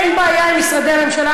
אין בעיה עם משרדי הממשלה,